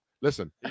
listen